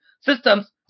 Systems